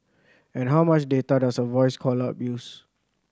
and how much data does a voice call up use